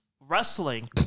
wrestling